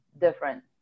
different